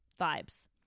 vibes